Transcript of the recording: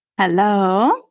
Hello